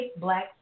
black